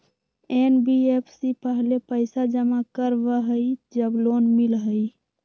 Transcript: NBFC पहले पईसा जमा करवहई जब लोन मिलहई?